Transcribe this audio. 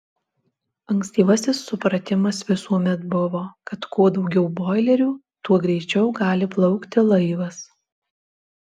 ankstyvasis supratimas visuomet buvo kad kuo daugiau boilerių tuo greičiau gali plaukti laivas